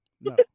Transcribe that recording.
No